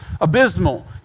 abysmal